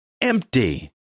empty